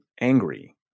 angry